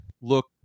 look